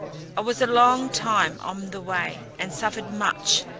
i was a long time on the way, and suffered much,